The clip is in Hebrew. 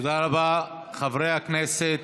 תודה רבה, חברי הכנסת.